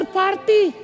party